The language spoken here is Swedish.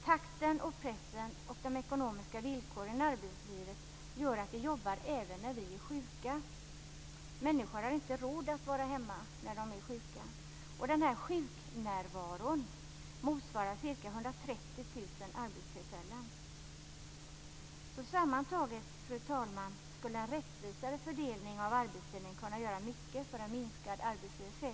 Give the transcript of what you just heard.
Takten, pressen och de ekonomiska villkoren i arbetslivet gör att vi jobbar även när vi är sjuka. Människor har inte råd att vara hemma när de är sjuka. Den här "sjuknärvaron" motsvarar ca 130 000 arbetstillfällen. Sammantaget, fru talman, skulle alltså en rättvisare fördelning av arbetstiden kunna göra mycket för en minskad arbetslöshet.